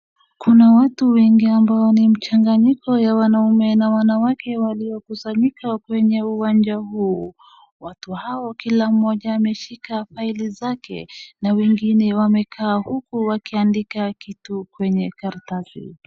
Kuna watu wengi ambao ni mchanganyiko ya wanaume na wanawake waliokusanyika kwenye uwanja huu. Watu hao kila mmoja ameshika faili zake, na wengine wamekaa huku wakiandika kitu kwenye karatasi.